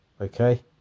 okay